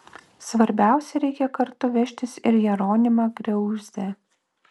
svarbiausia reikia kartu vežtis ir jeronimą griauzdę